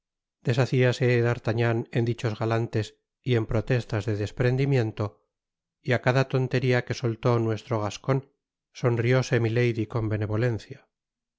deshaciase d'artagnan en dichos galantes y en protestas de desprendimiento y á cada tonteria que soltó nuestro gascon sonrióse milady con benevolencia por